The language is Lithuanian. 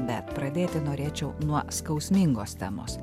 bet pradėti norėčiau nuo skausmingos temos